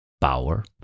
power